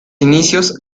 inicios